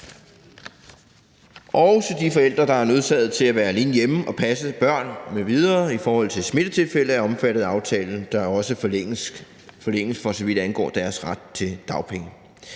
Også de forældre, der er nødsaget til at være hjemme og passe børn m.v. i forhold til smittetilfælde, er omfattet af aftalen, der forlænges, for så vidt angår deres ret til dagpenge.